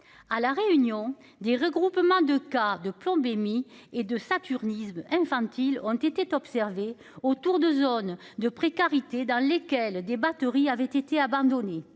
à la réunion des regroupements de cas de plombémie et de saturnisme infantile ont été observées autour de zones de précarité dans lesquels des batteries avait été abandonné